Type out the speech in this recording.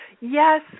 Yes